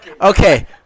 Okay